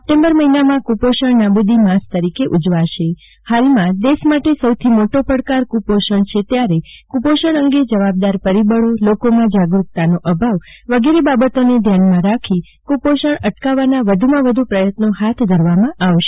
September મહિનામાં કુપોષણ નાબુદી માસ તરીકે ઉજવશે હાલમાં દેશ માટે સૌથી મોટો પડકાર કુપોષણ છે ત્યારે પરિબળો જવાબદાર પરિબળો વગેરે બાબતો ને ધ્યાન માં રાખી કુપોષણ એટકાવવાની વધુમાં વધુ પ્રયત્નો ફાથ ધરવામાં આવશે